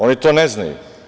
Oni to ne znaju.